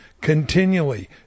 continually